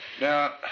Now